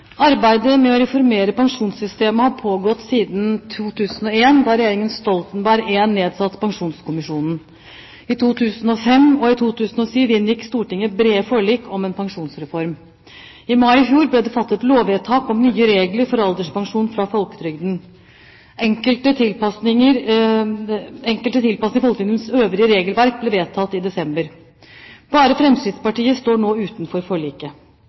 Arbeidet med å reformere pensjonssystemet har pågått siden 2001, da regjeringen Stoltenberg I nedsatte Pensjonskommisjonen. I 2005 og 2007 inngikk Stortinget brede forlik om en pensjonsreform. I mai i fjor ble det fattet lovvedtak om nye regler for alderspensjon fra folketrygden. Enkelte tilpasninger i folketrygdens øvrige regelverk ble vedtatt i desember. Bare Fremskrittspartiet står nå utenfor forliket.